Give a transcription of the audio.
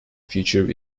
future